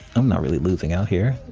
i'm not really losing out here.